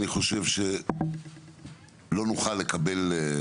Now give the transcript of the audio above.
אני חושב שלא נוכל לקבל,